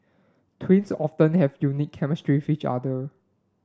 twins often have unique chemistry each other